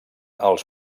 als